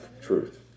truth